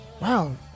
wow